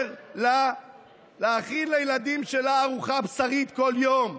לה להכין לילדים שלה ארוחה בשרית כל יום,